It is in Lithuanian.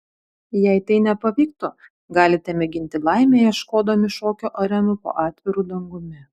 jei tai nepavyktų galite mėginti laimę ieškodami šokių arenų po atviru dangumi